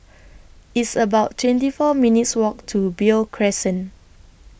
It's about twenty four minutes' Walk to Beo Crescent